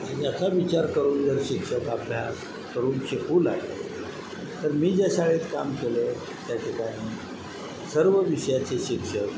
याचा विचार करून जर शिक्षक अभ्यास करून शिकू तर मी ज्या शाळेत काम केलं त्या ठिकाणी सर्व विषयाचे शिक्षक